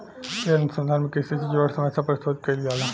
ए अनुसंधान में कृषि से जुड़ल समस्या पर शोध कईल जाला